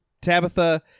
tabitha